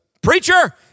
Preacher